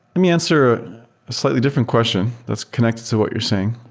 me answer a slightly different question that's connected to what you're saying.